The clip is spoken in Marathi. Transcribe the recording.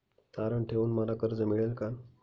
तारण ठेवून मला कर्ज मिळेल का?